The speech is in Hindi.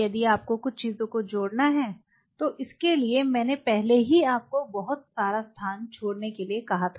यदि आपको कुछ चीजों को जोड़ना है तो इसके लिए मैंने पहले ही आपको बहुत सारा स्थान छोड़ने के लिए कहा था